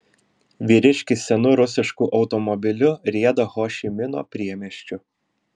vyriškis senu rusišku automobiliu rieda ho ši mino priemiesčiu